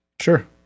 Sure